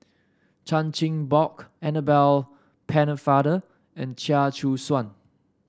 Chan Chin Bock Annabel Pennefather and Chia Choo Suan